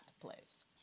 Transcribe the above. place